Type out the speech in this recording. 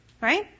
Right